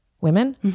women